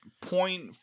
point